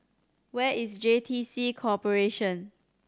where is J T C Corporation